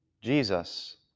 Jesus